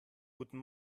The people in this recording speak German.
guten